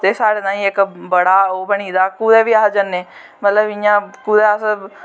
ते साढ़ै तांई इक बड़ा ओह् बनी दा अस कुदै बी जन्ने मतलव कुदै अस इयां